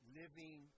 living